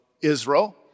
Israel